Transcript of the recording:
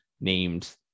named